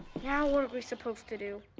now what are we supposed to do?